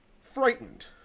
frightened